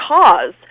cause